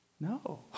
No